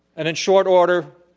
and in short order,